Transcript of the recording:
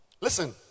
Listen